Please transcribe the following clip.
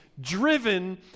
driven